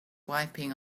wiping